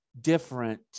different